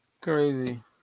Crazy